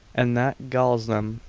and that galls them.